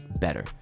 better